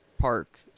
park